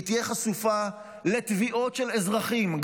היא תהיה חשופה לתביעות של אזרחים,